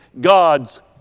God's